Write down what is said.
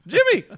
Jimmy